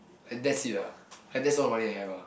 like that's it ah like that's all the money I have ah